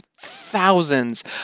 thousands